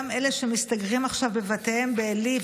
גם אלה שמסתגרים עכשיו בבתיהם בעלי,